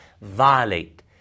violate